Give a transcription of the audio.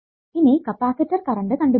ഇനി capacitor current കണ്ടുപിടിക്കണം